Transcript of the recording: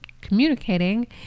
communicating